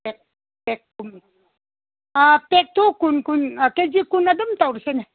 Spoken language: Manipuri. ꯑꯥ ꯄꯦꯛꯇꯨ ꯀꯨꯟ ꯀꯨꯟ ꯀꯦꯖꯤ ꯀꯨꯟ ꯑꯗꯨꯝ ꯇꯧꯔꯁꯤꯅꯦ